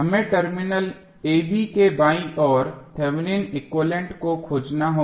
हमें terminal ab के बाईं ओर थेवेनिन एक्विवैलेन्ट को खोजना होगा